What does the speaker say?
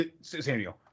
Samuel